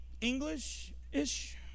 English-ish